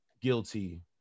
guilty